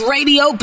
Radio